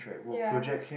ya